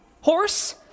Horse